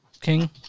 King